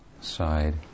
side